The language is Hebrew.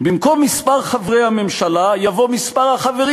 במקום "מספר חברי הממשלה" יבוא "מספר החברים